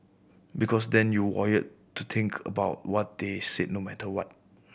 because then you wired to think about what they said no matter what